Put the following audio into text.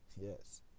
Yes